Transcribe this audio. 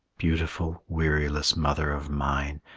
beautiful, weariless mother of mine,